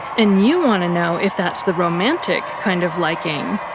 and you want to know if that's the romantic kind of liking.